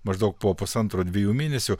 maždaug po pusantro dviejų mėnesių